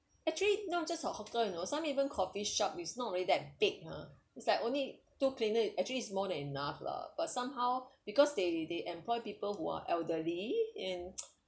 actually not just for hawker you know some even coffee shop it's not really that big !huh! it's like only two cleaner it actually is more than enough lah but somehow because they they employ people who are elderly and